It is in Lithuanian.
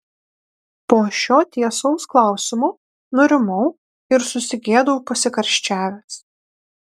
po šio tiesaus klausimo nurimau ir susigėdau pasikarščiavęs